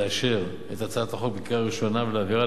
לאשר את הצעת החוק בקריאה ראשונה ולהעבירה